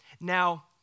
Now